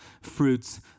fruits